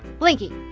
blinky,